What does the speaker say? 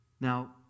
Now